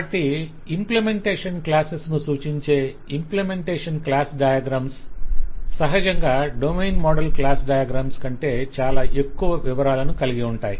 కాబట్టి implementation classes ను సూచించే ఇంప్లీమెంటేషన్ క్లాస్ డయాగ్రమ్స్ సహజంగా డొమైన్ మోడల్ క్లాస్ డయాగ్రమ్స్ కంటే చాలా ఎక్కువ వివరాలను కలిగి ఉంటాయి